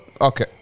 Okay